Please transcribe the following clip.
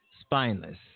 spineless